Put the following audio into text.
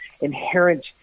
inherent